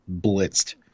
blitzed